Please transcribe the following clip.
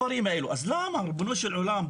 למה, ריבונו של עולם?